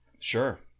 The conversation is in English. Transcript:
Sure